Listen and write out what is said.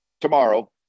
tomorrow